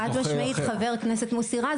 חד משמעית חבר הכנסת מוסי רז,